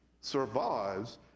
survives